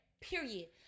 Period